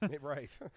Right